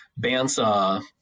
bandsaw